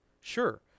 Sure